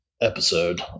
Episode